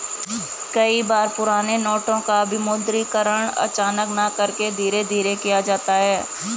कई बार पुराने नोटों का विमुद्रीकरण अचानक न करके धीरे धीरे किया जाता है